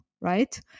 right